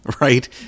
Right